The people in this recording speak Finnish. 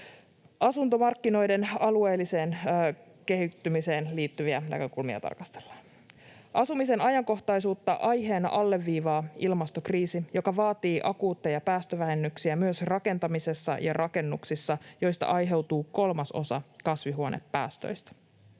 asuntomarkkinoiden alueelliseen eriytymiseen liittyviä näkökulmia. Asumisen ajankohtaisuutta aiheena alleviivaa ilmastokriisi, joka vaatii akuutteja päästövähennyksiä myös rakentamisessa ja rakennuksissa, joista aiheutuu kolmasosa kasvihuonepäästöistä.